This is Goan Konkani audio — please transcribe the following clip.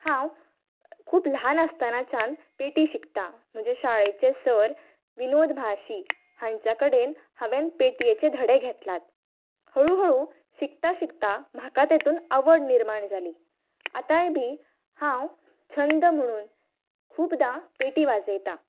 हांव खूब ल्हान आसतानाच्यान पेटी शिकतां म्हजे शाळेचे सर विनोद म्हाळशी हांचे कडेन हांवें पेटयेचे धडे घेतलात हळूहळू शिकता शिकता म्हाका तातूंत आवड निर्माण जाली आतांय बी हांव छंद म्हणून खुबदां पेटी वाजयतां